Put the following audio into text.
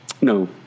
No